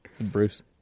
Bruce